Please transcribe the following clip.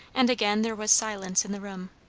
and again there was silence in the room.